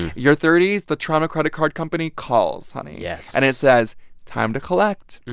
your thirty s the trauma credit card company calls, honey yes and it says time to collect.